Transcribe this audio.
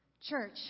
Church